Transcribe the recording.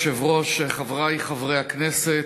אדוני היושב-ראש, חברי חברי הכנסת,